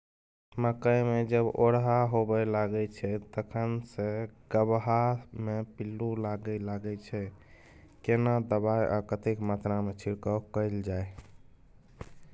मकई मे जब ओरहा होबय लागय छै तखन से गबहा मे पिल्लू लागय लागय छै, केना दबाय आ कतेक मात्रा मे छिरकाव कैल जाय?